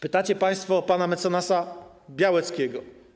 Pytacie państwo o pana mecenasa Białeckiego.